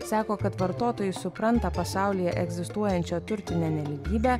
sako kad vartotojai supranta pasaulyje egzistuojančią turtinę nelygybę